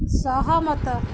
ସହମତ